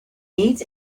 meet